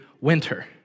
winter